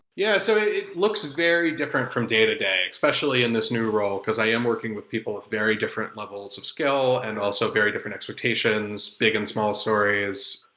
yeah, so it looks very different from day-to-day, especially in this new role, because i am working with people with very different levels of skill and also very different expectations, big and small stories,